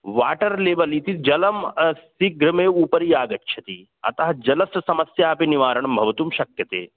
water level इति जलम् शीघ्रमेव उपरि आगच्छति अतः जलस्य समस्या अपि निवारणं भवितुं शक्यते